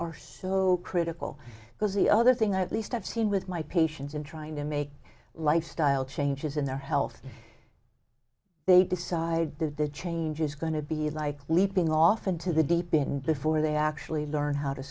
are so critical because the other thing at least i've seen with my patients in trying to make lifestyle changes in their health they decided the change is going to be like leaping off into the deep in the fore they actually learn how to